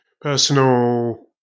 Personal